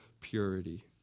purity